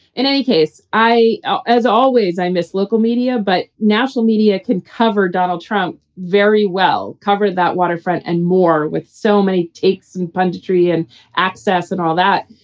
in any case, i as always, i miss local media. but national media can cover donald trump very well. cover that waterfront and more with so many takes and punditry and access and all that.